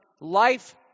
life